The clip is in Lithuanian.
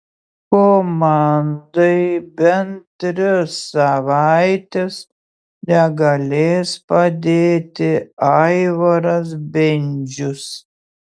komandai bent tris savaites negalės padėti aivaras bendžius